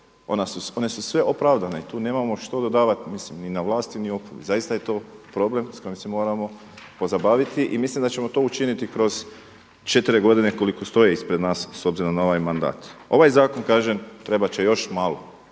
One su sve opravdane i tu nemamo što dodavati mislim ni na vlasti ni oporbi. Zaista je to problem s kojim se moramo pozabaviti i mislim da ćemo to učiniti kroz četiri godine koliko stoje ispred nas s obzirom na ovaj mandat. Ovaj zakon kažem trebat će još malo